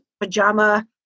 pajama